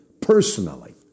personally